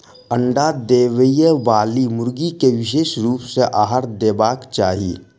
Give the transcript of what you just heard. अंडा देबयबाली मुर्गी के विशेष रूप सॅ आहार देबाक चाही